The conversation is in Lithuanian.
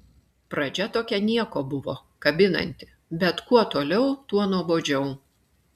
pradžia tokia nieko buvo kabinanti bet kuo toliau tuo nuobodžiau